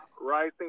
Rising